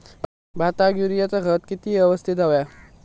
भाताक युरियाचा खत किती यवस्तित हव्या?